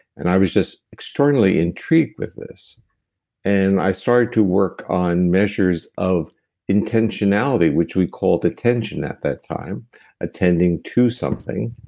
and i was just extraordinarily intrigued with this and i started to work on measures of intentionality, which we called attention at that time attending to something.